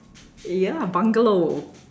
ya bungalow